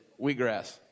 wheatgrass